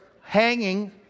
hanging